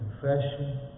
confession